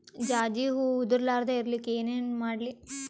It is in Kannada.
ಜಾಜಿ ಹೂವ ಉದರ್ ಲಾರದ ಇರಲಿಕ್ಕಿ ಏನ ಮಾಡ್ಲಿ?